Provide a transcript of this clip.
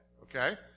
Okay